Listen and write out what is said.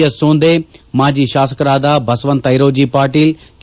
S Sonde ಮಾಜಿ ಶಾಸಕರಾದ Basavant Airoji Patil K